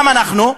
גם אנחנו,